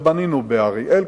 ובנינו קצת באריאל,